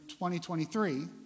2023